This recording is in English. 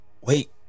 wait